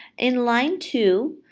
in line two,